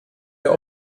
wir